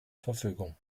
verfügung